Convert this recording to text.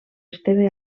esteve